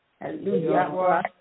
Hallelujah